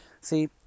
See